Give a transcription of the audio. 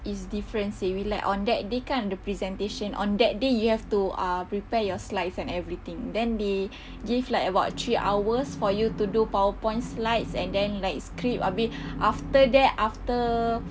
is different seh we like on that day kan the presentation on that day you have to ah prepare your slides and everything then they give like about three hours for you to do powerpoint slides and then like script a bit after that after